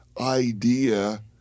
idea